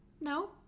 no